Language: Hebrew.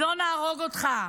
אז לא נהרוג אותך",